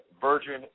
Virgin